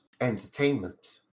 entertainment